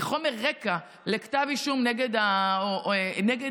כחומר רקע לכתב אישום נגד הפוגע,